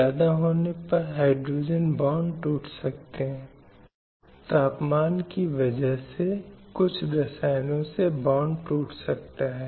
संदर्भस्लाइड समय 2648 इसलिए ये कुछ महत्वपूर्ण क्षेत्र थे जिन पर प्रकाश डाला गया और इन मुद्दों की ओर देश राज्यों का ध्यान आकर्षित किया गया